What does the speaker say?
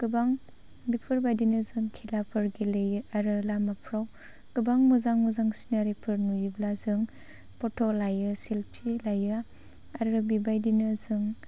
गोबां बेफोरबायदिनो जों खेलाफोर गेलेयो आरो लामाफोराव गोबां मोजां मोजां सिनारिफोर नुयोब्ला जों फट' लायो सेल्फि लायो आरो बेबायदिनो जों